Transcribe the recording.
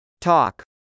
Talk